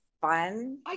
fun